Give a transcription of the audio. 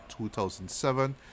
2007